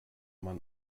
man